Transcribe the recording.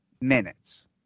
minutes